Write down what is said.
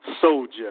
soldier